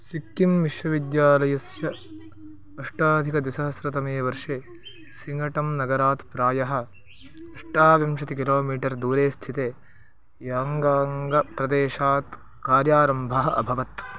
सिक्किं विश्वविद्यालयस्य अष्टाधिकद्विसहस्रतमे वर्षे सिङ्गटम् नगरात् प्रायः अष्टाविंशति किलो मीटर् दूरे स्थिते याङ्गाङ्गप्रदेशात् कार्यारम्भः अभवत्